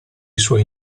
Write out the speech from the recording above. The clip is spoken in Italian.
suoi